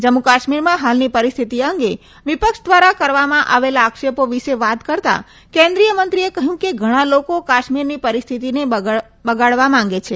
જમ્મુ કાશ્મીરમાં હાલની પરિસ્તિતિ અંગે વિપક્ષ દ્વારા કરવામાં આવેલા આક્ષેપો વિશે વાત કરતાં કેન્દ્રીથ મંત્રીએ કહ્યું કે ઘણા લોકો કાશ્મીરની પરિસ્થિતિને બગાડવા માંગે છે